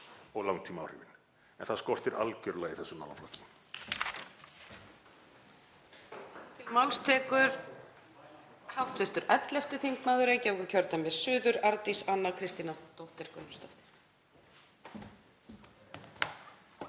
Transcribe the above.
og langtímaáhrifin en það skortir algerlega í þessum málaflokki.